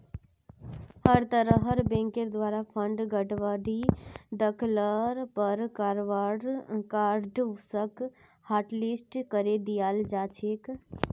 हर तरहर बैंकेर द्वारे फंडत गडबडी दख ल पर कार्डसक हाटलिस्ट करे दियाल जा छेक